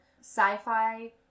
sci-fi